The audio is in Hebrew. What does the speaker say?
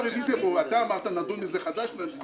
אמרת שנדון בזה מחדש.